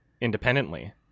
independently